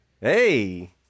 Hey